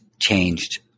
changed